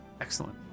Excellent